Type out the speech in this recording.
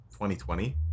2020